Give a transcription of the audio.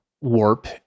Warp